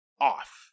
Off